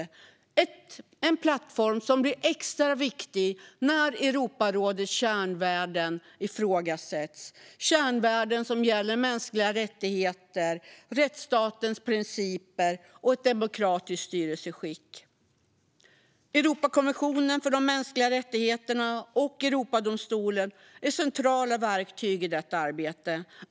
Det är en plattform som blir extra viktig när Europarådets kärnvärden ifrågasätts. Det är kärnvärden som gäller mänskliga rättigheter, rättsstatens principer och ett demokratiskt styrelseskick. Europeiska konventionen om skydd för de mänskliga rättigheterna och Europadomstolen är centrala verktyg i arbetet.